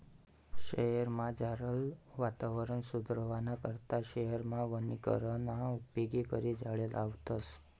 शयेरमझारलं वातावरण सुदरावाना करता शयेरमा वनीकरणना उपेग करी झाडें लावतस